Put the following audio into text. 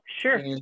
Sure